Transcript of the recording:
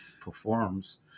performs